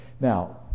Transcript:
Now